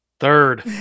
Third